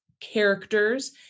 characters